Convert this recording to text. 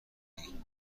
کردی